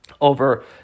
over